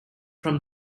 from